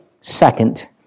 Second